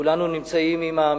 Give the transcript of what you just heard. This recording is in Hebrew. כולנו עם המשפחה